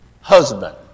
husband